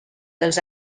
dels